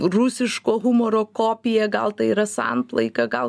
rusiško humoro kopija gal tai yra samplaika gal